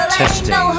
testing